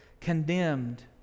condemned